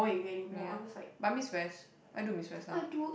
ya but I miss Resh I do miss Resh now